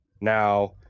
Now